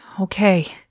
Okay